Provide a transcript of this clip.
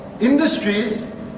Industries